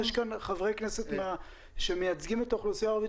יש כאן חבר כנסת שמייצגים את האוכלוסייה הערבית